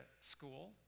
school